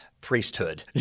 priesthood